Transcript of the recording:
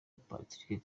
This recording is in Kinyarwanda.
patrick